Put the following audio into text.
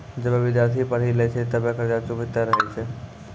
जबे विद्यार्थी पढ़ी लै छै तबे कर्जा चुकैतें रहै छै